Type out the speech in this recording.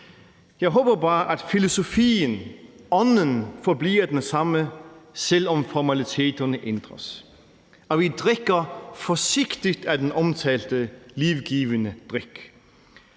Jeg håber bare, at filosofien og ånden forbliver den samme, selv om formaliteterne ændres, at vi drikker forsigtigt af den omtalte livgivende drik,